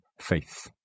faith